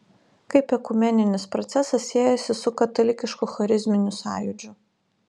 kaip ekumeninis procesas siejasi su katalikišku charizminiu sąjūdžiu